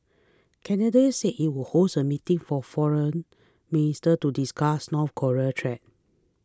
Canada said it would host a meeting for foreign ministers to discuss North Korean threat